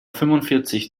fünfundvierzig